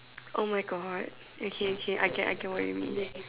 oh my God okay okay I get I get what you mean